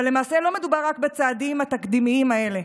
אבל למעשה לא מדובר רק בצעדים התקדימיים האלה.